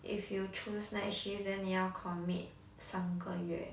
if you choose night shift then 你要 commit 三个月